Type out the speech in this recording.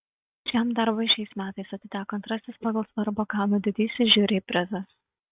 šiam darbui šiais metais atiteko antrasis pagal svarbą kanų didysis žiuri prizas